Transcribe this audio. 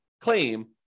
claim